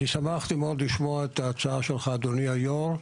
שמחתי מאוד לשמוע את ההצעה שלך, אדוני היו"ר,